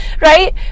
right